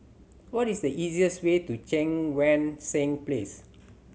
what is the easier's way to Cheang Wan Seng Place